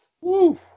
Woo